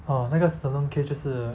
oh 那个 salon case 就是